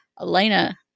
Elena